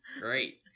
Great